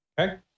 Okay